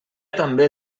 també